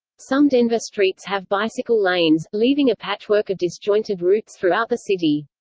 some denver streets have bicycle lanes, leaving a patchwork of disjointed routes throughout the city.